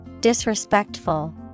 Disrespectful